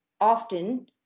often